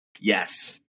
Yes